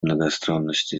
многосторонности